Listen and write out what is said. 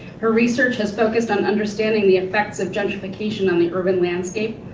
her research has focused on understanding the effects of gentrification on the urban landscape.